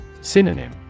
Synonym